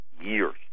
years